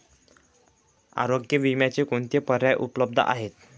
आरोग्य विम्याचे कोणते पर्याय उपलब्ध आहेत?